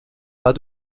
pas